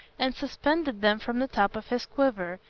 and suspending them from the top of his quiver,